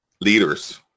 leaders